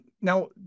now